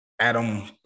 Adam